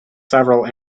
several